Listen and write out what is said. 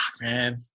man